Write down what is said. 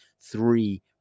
three